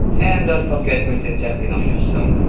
and don't forget quentin tarantino himself.